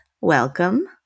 welcome